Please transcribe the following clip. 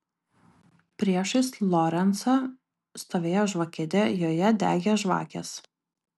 priešais lorencą stovėjo žvakidė joje degė žvakės